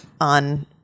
on